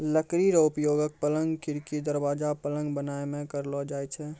लकड़ी रो उपयोगक, पलंग, खिड़की, दरबाजा, पलंग बनाय मे करलो जाय छै